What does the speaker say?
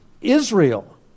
Israel